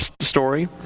story